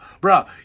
bro